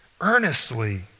earnestly